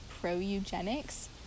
pro-eugenics